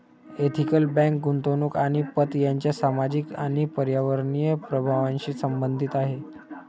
ethical bank गुंतवणूक आणि पत यांच्या सामाजिक आणि पर्यावरणीय प्रभावांशी संबंधित आहे